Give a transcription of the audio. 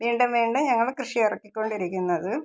വീണ്ടും വീണ്ടും ഞങ്ങൾ കൃഷി ഇറക്കിക്കൊണ്ടിരിക്കുന്നത്